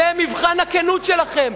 זה מבחן הכנות שלכם.